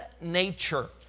nature